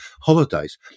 holidays